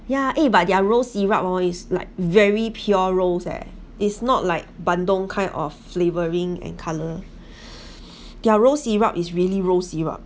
ya eh but their rose syrup oh is like very pure rose eh it's not like bandung kind of flavoring and color their rose syrup is really rose syrup